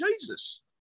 Jesus